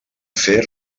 fer